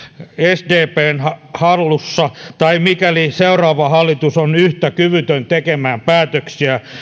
sdpn hallussa tai mikäli seuraava hallitus on yhtä kyvytön tekemään päätöksiä